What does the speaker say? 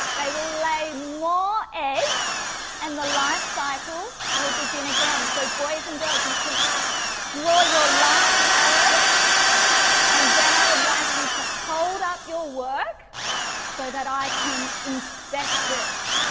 they will lay more eggs and the life cycle will begin again. so, boys and girls you can draw your last arrow and then i would like you to hold up your work so that i can inspect it.